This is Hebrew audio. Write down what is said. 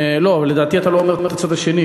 לא, אבל, לדעתי, אתה לא אומר את הצד השני.